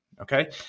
Okay